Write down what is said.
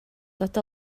dod